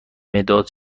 مداد